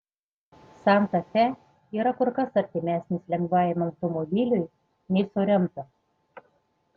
santa fe yra kur kas artimesnis lengvajam automobiliui nei sorento